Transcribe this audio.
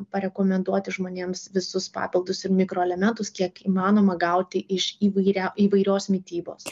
parekomenduoti žmonėms visus papildus ir mikroelementus kiek įmanoma gauti iš įvairia įvairios mitybos